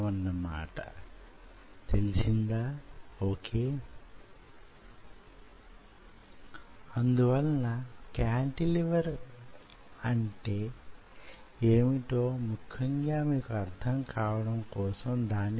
మీరు కాంటిలివర్లను micro cantilevers ను అభివృద్ధి చేయవచ్చు అనే విషయాన్ని